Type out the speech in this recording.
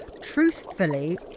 truthfully